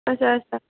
اَچھا اَچھا